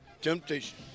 Temptation